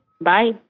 Bye